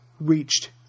reached